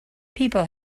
people